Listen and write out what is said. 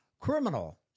Criminal